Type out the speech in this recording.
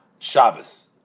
Shabbos